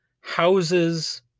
houses